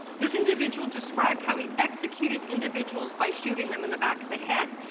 this individual described how he executed individuals by shooting them in the back of the head.